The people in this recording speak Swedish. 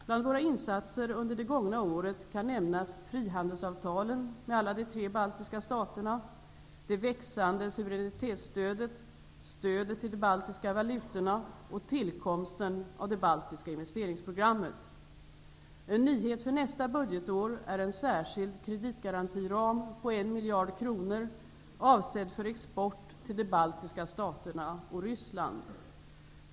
Bland våra insatser under det gångna året kan nämnas frihandelsavtalen med alla de tre baltiska staterna, det växande suveränitetsstödet, stödet till de baltiska valutorna och tillkomsten av det baltiska investeringsprogrammet. En nyhet för nästa budgetår är en särskild kreditgarantiram på en miljard kronor avsedd för export till de baltiska staterna och Ryssland.